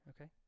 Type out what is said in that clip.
okay